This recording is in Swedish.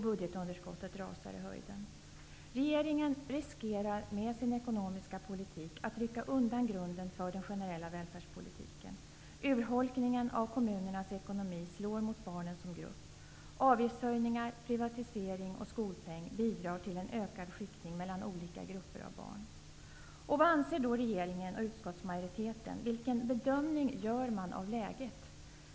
Budgetunderskottet rusar i höjden. Regeringen riskerar med sin ekonomiska politik att rycka undan grunden för den generella välfärdspolitiken. Urholkningen av kommunernas ekonomi slår mot barnen som grupp. Avgiftshöjningar, privatisering och skolpeng bidrar till en ökad skiktning mellan olika grupper av barn. Vad anser då regeringen och utskottsmajoriteten? Vilken bedömning gör man av läget?